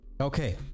Okay